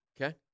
Okay